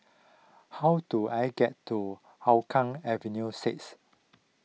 how do I get to Hougang Avenue six